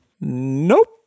Nope